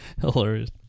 Hilarious